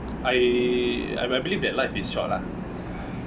I I I believe that life is short lah